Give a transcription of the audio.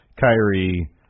Kyrie